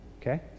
Okay